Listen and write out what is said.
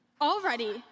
Already